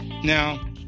Now